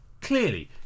clearly